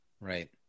right